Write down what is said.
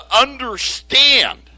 understand